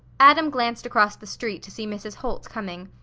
adam glanced across the street to see mrs. holt coming.